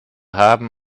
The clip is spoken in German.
haben